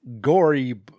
gory